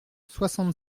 soixante